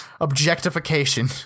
objectification